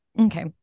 Okay